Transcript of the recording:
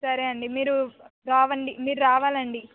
సరే అండి మీరు రాండి మీరు రావాలండి